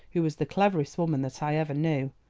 who was the cleverest woman that i ever knew,